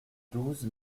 douze